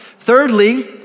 thirdly